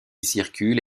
circule